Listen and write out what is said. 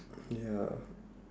ya